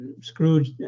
scrooge